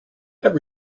have